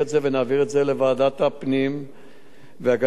שם אני בטוח שהיושב-ראש ימשיך